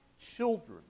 children